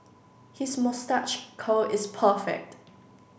his moustache curl is perfect